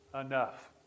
enough